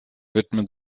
widmen